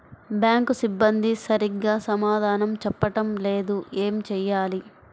Bank సిబ్బంది సరిగ్గా సమాధానం చెప్పటం లేదు ఏం చెయ్యాలి?